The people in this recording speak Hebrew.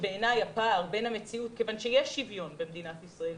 דה פקטו יש שוויון במדינת ישראל,